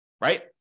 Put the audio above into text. right